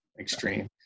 extreme